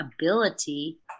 ability